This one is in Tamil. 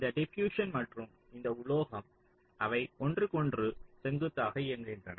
இந்த டிபியுஸ்சன் மற்றும் இந்த உலோகம் அவை ஒன்றுக்கொன்று செங்குத்தாக இயங்குகின்றன